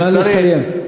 נא לסיים.